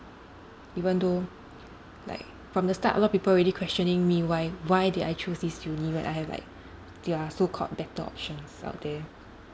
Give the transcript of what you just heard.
even though like from the start a lot of people already questioning me why why did I choose this uni when I have like there are so called better options out there